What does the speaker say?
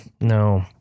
No